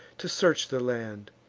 to search the land,